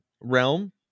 realm